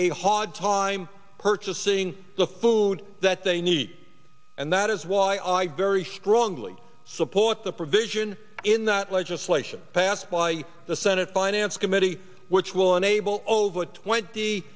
a hard time purchasing the food that they need and that is why i very strongly support the provision in that legislation passed by the senate finance committee which will enable over twenty